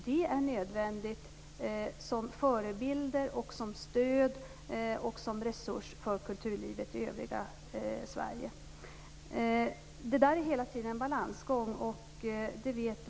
De är nödvändiga som förebild, som stöd och som resurs för kulturlivet i övriga Sverige. Det är hela tiden en balansgång.